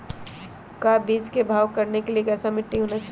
का बीज को भाव करने के लिए कैसा मिट्टी होना चाहिए?